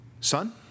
Son